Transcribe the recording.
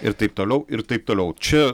ir taip toliau ir taip toliau čia